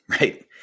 right